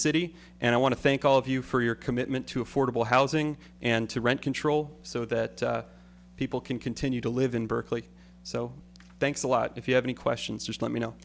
city and i want to thank all of you for your commitment to affordable housing and to rent control so that people can continue to live in berkeley so thanks a lot if you have any questions just let me know